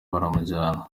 baramujyana